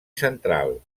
central